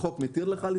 החוק מתיר לך?